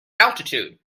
altitude